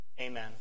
Amen